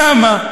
למה?